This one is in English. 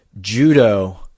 Judo